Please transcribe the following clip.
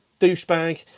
douchebag